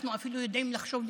אנחנו אפילו יודעים לחשוב לבד.